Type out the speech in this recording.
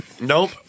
Nope